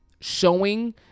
showing